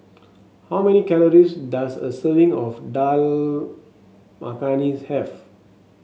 how many calories does a serving of Dal Makhani have